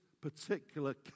particular